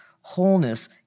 Wholeness